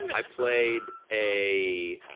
i played a